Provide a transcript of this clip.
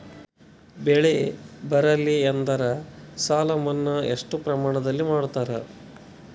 ಬೆಳಿ ಬರಲ್ಲಿ ಎಂದರ ಸಾಲ ಮನ್ನಾ ಎಷ್ಟು ಪ್ರಮಾಣದಲ್ಲಿ ಮಾಡತಾರ?